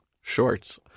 Shorts